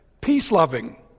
peace-loving